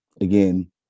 again